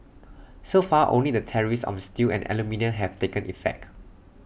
so far only the tariffs on steel and aluminium have taken effect